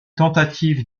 tentatives